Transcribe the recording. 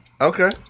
Okay